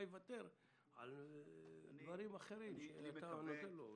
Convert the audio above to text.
הוא יוותר על דברים אחרים שאתה נותן לו.